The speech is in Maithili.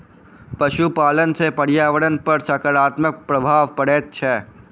पशुपालन सॅ पर्यावरण पर साकारात्मक प्रभाव पड़ैत छै